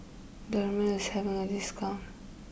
Dermale is having a discount